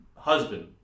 Husband